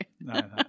no